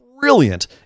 brilliant